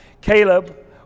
Caleb